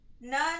None